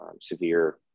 severe